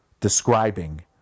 describing